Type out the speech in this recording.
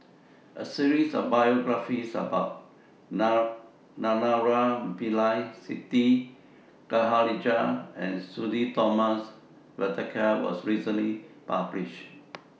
A series of biographies about Naraina Pillai Siti Khalijah and Sudhir Thomas Vadaketh was recently published